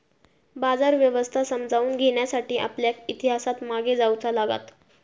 बाजार व्यवस्था समजावून घेण्यासाठी आपल्याक इतिहासात मागे जाऊचा लागात